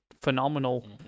phenomenal